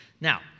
Now